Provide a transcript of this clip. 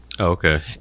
okay